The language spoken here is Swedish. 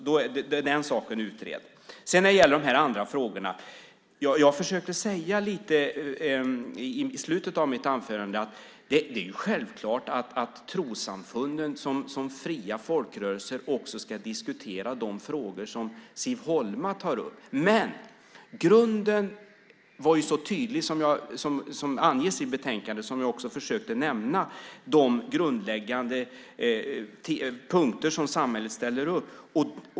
Då är den saken utredd. När det gäller de andra frågorna försökte jag säga i slutet av mitt anförande att det är självklart att trossamfunden som fria folkrörelser också ska diskutera de frågor som Siv Holma tar upp. Men grunden var så tydlig som anges i betänkandet och som jag också försökte nämna, de grundläggande punkter som samhället ställer upp.